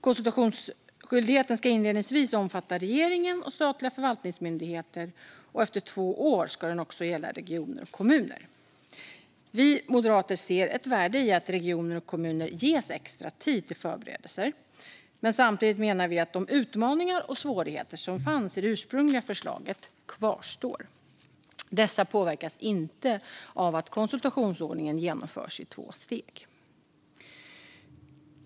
Konsultationsskyldigheten ska inledningsvis omfatta regeringen och statliga förvaltningsmyndigheter. Efter två år ska den också gälla regioner och kommuner. Vi moderater ser ett värde i att regioner och kommuner ges extra tid till förberedelser, men samtidigt menar vi att de utmaningar och svårigheter som fanns i det ursprungliga förslaget kvarstår. Dessa påverkas inte av att konsultationsordningen genomförs i två steg.